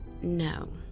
No